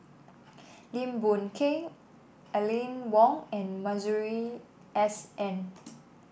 Lim Boon Keng Aline Wong and Masuri S N